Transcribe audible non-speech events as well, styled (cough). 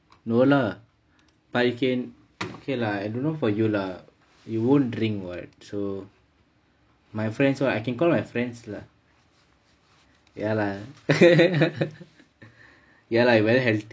no lah but you can okay lah I don't know for you lah you won't drink what so my friend so I can call my friends lah ya lah (laughs) ya lah very has